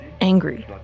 angry